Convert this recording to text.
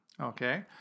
okay